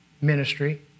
ministry